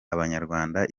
abanyarwanda